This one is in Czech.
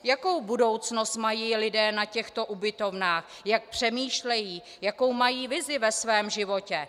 Jakou budoucnost mají lidé na těchto ubytovnách, jak přemýšlejí, jakou mají vizi ve svém životě?